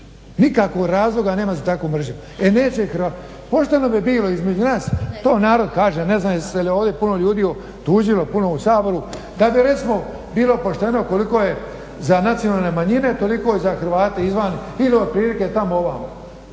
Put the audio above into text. Nikakvog razloga nema za takvu mržnju. Pošteno bi bilo između nas, to narod kaže ne znam jel se ovdje puno ljudi tužilo puno u Saboru da bi recimo bilo pošteno koliko je za nacionalne manjine toliko i za Hrvate izvan ili otprilike tamo ovamo.